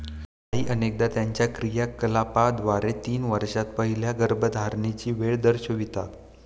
गायी अनेकदा त्यांच्या क्रियाकलापांद्वारे तीन वर्षांत पहिल्या गर्भधारणेची वेळ दर्शवितात